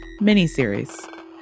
miniseries